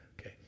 Okay